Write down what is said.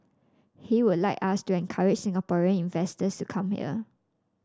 he would like us to encourage Singaporean investors to come here